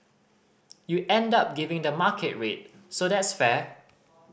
you end up giving the market rate so that's fair